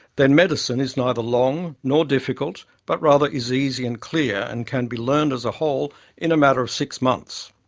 then medicine is neither long, nor difficult, but rather is easy and clear and can be learned as a whole in a matter of six months.